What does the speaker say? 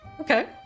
Okay